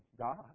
God